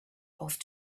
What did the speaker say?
off